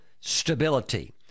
stability